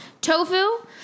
Tofu